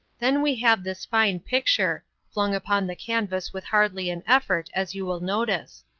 then we have this fine picture flung upon the canvas with hardly an effort, as you will notice.